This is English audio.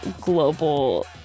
global